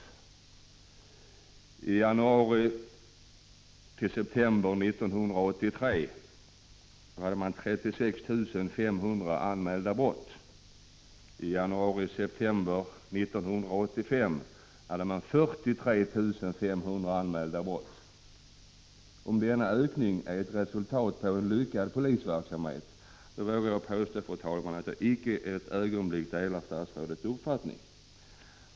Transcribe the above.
Under tiden januari-september 1983 hade man 36 500 anmälda brott. I januariseptember 1985 hade man 43 500 anmälda brott. Om statsrådet menar att denna ökning är ett resultat av en lyckad polisverksamhet, vill jag, fru talman, säga att jag icke ett ögonblick delar statsrådets uppfattning.